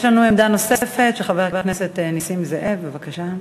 יש לנו עמדה נוספת של חבר הכנסת נסים זאב, בבקשה.